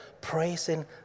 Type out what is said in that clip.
praising